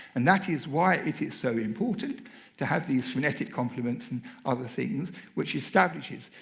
and that is why it is so important to have these phonetic complements and other things which establishes.